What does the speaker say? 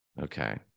Okay